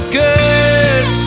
good